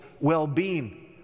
well-being